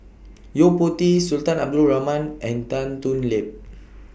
Yo Po Tee Sultan Abdul Rahman and Tan Thoon Lip